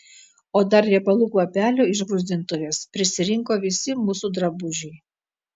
o dar riebalų kvapelio iš gruzdintuvės prisirinko visi mūsų drabužiai